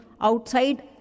outside